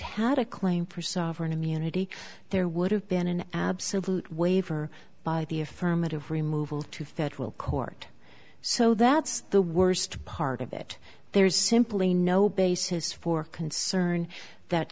had a claim for sovereign immunity there would have been an absolute waiver by the affirmative removal to federal court so that's the worst part of it there's simply no basis for concern that